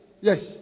Yes